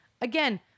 again